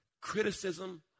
Criticism